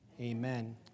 Amen